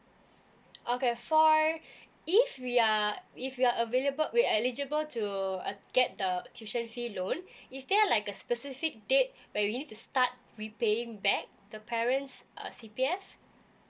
okay for if we are if we are available we eligible to uh get the tuition fee loan is there like a specific date where you need to start repaying back the parents uh C_P_F